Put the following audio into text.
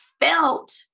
felt